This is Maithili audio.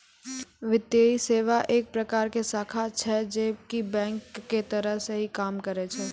वित्तीये सेवा एक प्रकार के शाखा छै जे की बेंक के तरह ही काम करै छै